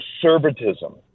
conservatism